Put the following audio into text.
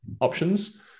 options